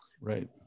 Right